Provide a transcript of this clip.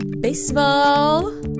baseball